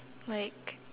like